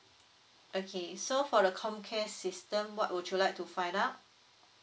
okay so for the COMCARE system what would you like to find out